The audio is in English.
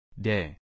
Day